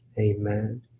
Amen